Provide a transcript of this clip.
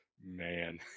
Man